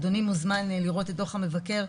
אדוני מוזמן לראות את דוח המבקר.